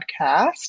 podcast